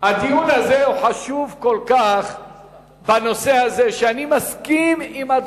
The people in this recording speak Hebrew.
הדיון הזה בנושא הזה חשוב כל כך,